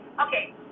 Okay